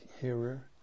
hearer